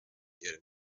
ihrer